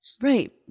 Right